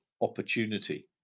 opportunity